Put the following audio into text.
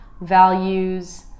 values